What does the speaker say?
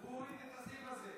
הוא הוריד את הסעיף הזה